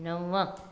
नव